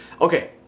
Okay